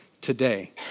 Today